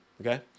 okay